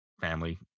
family